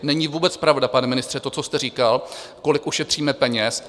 Není vůbec pravda, pane ministře, to, co jste říkal, kolik ušetříme peněz.